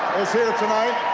is here tonight!